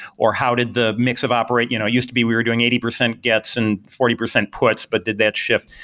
or how did the mix of operating you know it used to be we're doing eighty percent gets and forty percent puts, but did that shift.